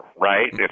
right